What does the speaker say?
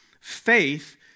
faith